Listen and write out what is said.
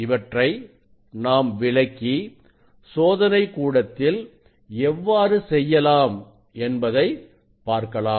இவற்றை நாம் விளக்கி சோதனைக் கூடத்தில் எவ்வாறு செய்யலாம் என்பதை பார்க்கலாம்